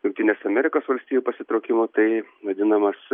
jungtinės amerikos valstijų pasitraukimo tai vadinamas